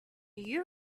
you